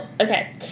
okay